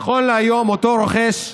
נכון להיום אותו רוכש,